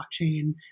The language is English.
blockchain